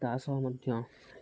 ତା ସହ ମଧ୍ୟ